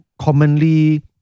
commonly